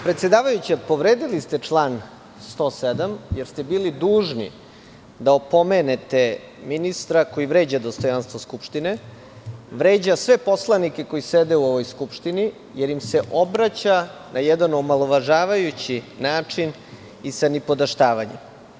Predsedavajuća, povredili ste član 107. jer ste bili dužni da opomenete ministra koji vređa dostojanstvo Skupštine, vređa sve poslanike koji sede u ovoj Skupštini jer im se obraća na jedan omalovažavajući način i sa nipodaštavanjem.